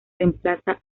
reemplaza